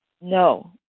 no